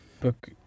book